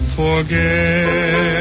forget